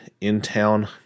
in-town